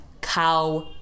cow